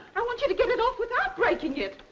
i want you to get it off without breaking it!